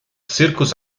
circus